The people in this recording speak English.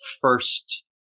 first